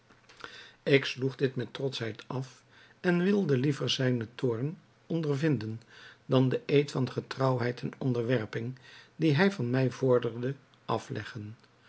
ik sloeg dit met trotschheid af en wilde liever zijnen toorn ondervinden dan den eed van getrouwheid en onderwerping dien hij van mij vorderde afleggen